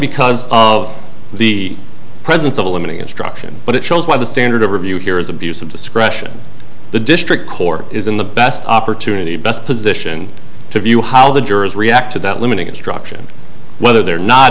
because of the presence of a limiting instruction but it shows why the standard of review here is abuse of discretion the district court is in the best opportunity best position to view how the jurors react to that limiting instruction whether they're not